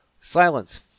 Silence